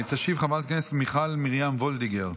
תשיב חברת הכנסת מיכל מרים וולדיגר,